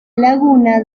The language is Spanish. laguna